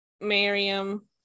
Miriam